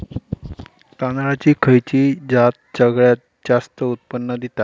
तांदळाची खयची जात सगळयात जास्त उत्पन्न दिता?